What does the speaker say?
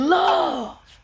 love